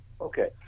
Okay